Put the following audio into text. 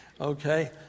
okay